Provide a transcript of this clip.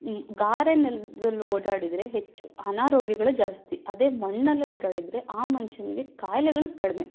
ಗಾರೆ ನೆಲದಲ್ಲಿ ಓಡಾಡಿದರೆ ಹೆಚ್ಚು ಅನಾರೋಗ್ಯಗಳೇ ಜಾಸ್ತಿ ಅದೇ ಮಣ್ಣಲ್ಲಿ ಓಡಾಡಿದರೆ ಆ ಮನುಷ್ಯನಿಗೆ ಕಾಯಿಲೆಗಳು ಕಡಿಮೆ